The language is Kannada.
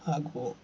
ಹಾಗೂ